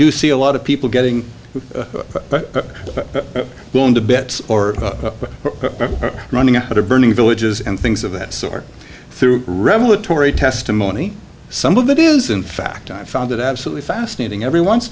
do see a lot of people getting blown to bits or running out of burning villages and things of that sort through revenue torrie testimony some of it is in fact i found it absolutely fascinating every once